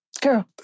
Girl